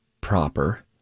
proper